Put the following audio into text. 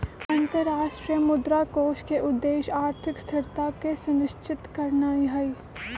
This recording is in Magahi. अंतरराष्ट्रीय मुद्रा कोष के उद्देश्य आर्थिक स्थिरता के सुनिश्चित करनाइ हइ